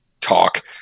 talk